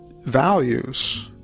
values